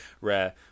rare